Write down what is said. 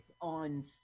on